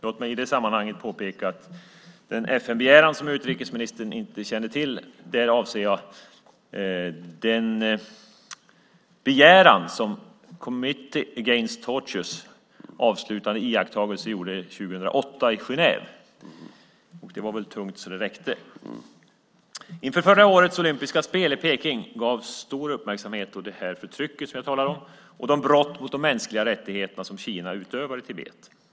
Låt mig i detta sammanhang påpeka att jag med den FN-begäran som utrikesministern inte känner till avser den begäran som Committee against Tortures avslutande iakttagelse gjorde 2008 i Genève. Det var väl tungt så det räckte. Inför förra årets olympiska spel i Peking gavs stor uppmärksamhet åt förtrycket och de brott mot de mänskliga rättigheterna som Kina utövar i Tibet.